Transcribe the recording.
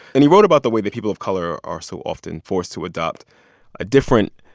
and he wrote about the way that people of color are so often forced to adopt a different,